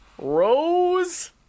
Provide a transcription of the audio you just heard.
Rose